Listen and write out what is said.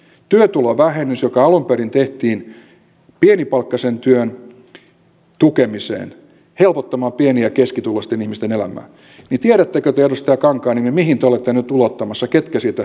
työtulovähennys joka alun perin tehtiin pienipalkkaisen työn tukemiseen helpottamaan pieni ja keskituloisten ihmisten elämää tiedättekö te edustaja kankaanniemi mihin te olette nyt ulottamassa ketkä siitä hyötyvät